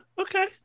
okay